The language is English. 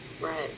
Right